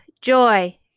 joy